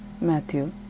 Matthew